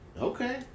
Okay